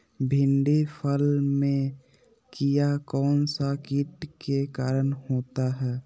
भिंडी फल में किया कौन सा किट के कारण होता है?